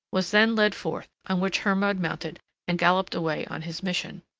was then led forth, on which hermod mounted and galloped away on his mission.